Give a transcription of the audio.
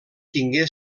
tingué